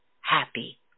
happy